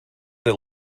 that